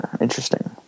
Interesting